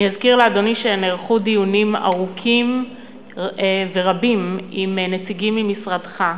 אני אזכיר לאדוני שנערכו דיונים ארוכים ורבים עם נציגים ממשרדך,